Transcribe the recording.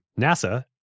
NASA